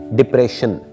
depression